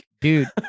dude